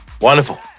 Wonderful